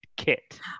Kit